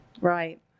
Right